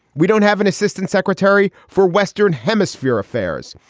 we don't have an assistant secretary for western hemisphere affairs.